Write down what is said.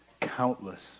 countless